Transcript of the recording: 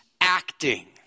acting